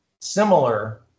similar